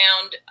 found